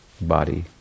Body